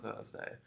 Thursday